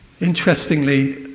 Interestingly